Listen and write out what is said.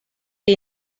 què